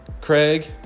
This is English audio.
Craig